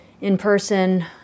in-person